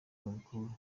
babikura